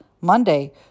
Monday